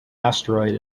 asteroid